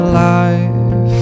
life